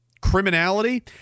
criminality